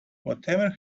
whatever